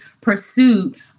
pursuit